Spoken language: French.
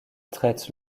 traite